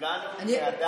כולנו בני אדם עם תחושות,